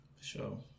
Sure